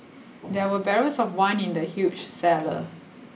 there were barrels of wine in the huge cellar